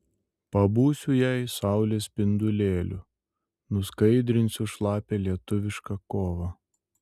pabūsiu jai saulės spindulėliu nuskaidrinsiu šlapią lietuvišką kovą